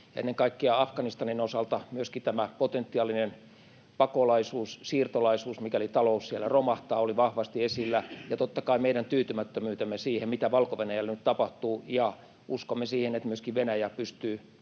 ennen kaikkea Afganistanin osalta myöskin tämä potentiaalinen pakolaisuus, siirtolaisuus, mikäli talous siellä romahtaa, oli vahvasti esillä ja totta kai meidän tyytymättömyytemme siihen, mitä Valko-Venäjällä nyt tapahtuu. Ja uskomme siihen, että myöskin Venäjä pystyy